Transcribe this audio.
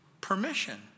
permission